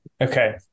Okay